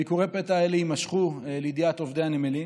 ביקורי הפתע האלה יימשכו, לידיעת עובדי הנמלים.